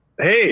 Hey